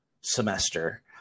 semester